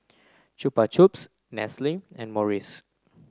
Chupa Chups Nestle and Morries